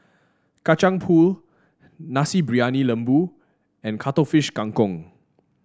Kacang Pool Nasi Briyani Lembu and Cuttlefish Kang Kong